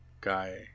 guy